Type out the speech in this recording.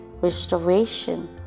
restoration